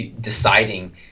deciding